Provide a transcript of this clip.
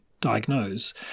Diagnose